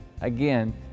Again